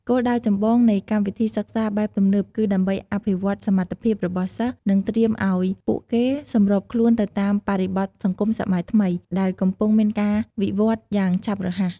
គោលដៅចម្បងនៃកម្មវិធីសិក្សាបែបទំនើបគឺដើម្បី អភិវឌ្ឍសមត្ថភាព របស់សិស្ស និង ត្រៀមឲ្យពួកគេសម្របខ្លួនទៅតាមបរិបទសង្គមសម័យថ្មី ដែលកំពុងមានការវិវឌ្ឍន៍យ៉ាងឆាប់រហ័ស។